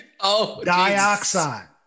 dioxide